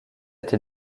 été